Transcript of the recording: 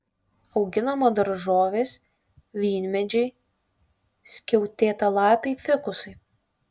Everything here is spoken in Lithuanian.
auginama daržovės vynmedžiai skiautėtalapiai fikusai